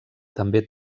també